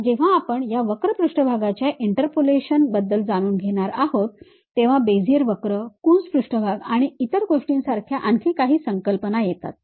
आता जेव्हा आपण या वक्र पृष्ठभागाच्या इंटरपोलेशनबद्दल जाणून घेणार आहोत तेव्हा बेझियर वक्र कून्स पृष्ठभाग आणि इतर गोष्टींसारख्या आणखी काही संकल्पना येतात